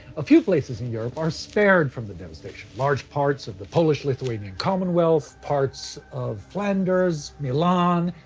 a few places in europe are spared from the devastation. large parts of the polish lithuanian commonwealth, parts of flanders, milan,